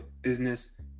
business